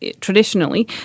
traditionally